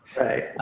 Right